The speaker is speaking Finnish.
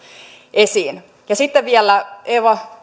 esiin ja sitten vielä